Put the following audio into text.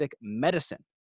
medicine